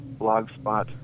blogspot